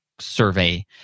survey